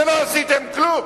ולא עשיתם כלום.